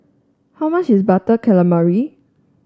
how much is Butter Calamari